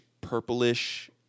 purplish